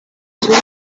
butumwa